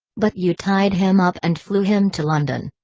but you tied him up and flew him to london!